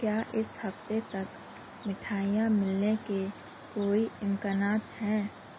کیا اِس ہفتے تک مٹھائیاں ملنے کے کوئی امکانات ہیں